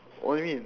what do you mean